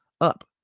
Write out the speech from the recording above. up